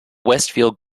westfield